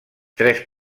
tres